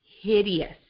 Hideous